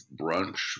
brunch